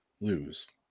lose